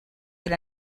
del